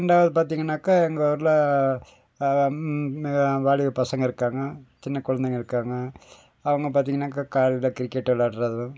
ரெண்டாவது பார்த்தீங்கனாக்கா எங்கள் ஊரில் வாலிப பசங்கள் இருக்காங்க சின்ன குழந்தைங்க இருக்காங்க அவங்க பார்த்தீங்கனாக்கா காலைல கிரிக்கெட் விளையாட்றது